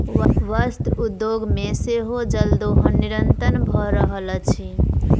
वस्त्र उद्योग मे सेहो जल दोहन निरंतन भ रहल अछि